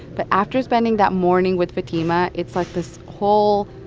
but after spending that morning with fatima, it's like this whole,